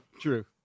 true